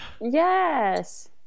Yes